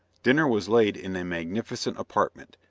dinner was laid in a magnificent apartment,